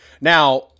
Now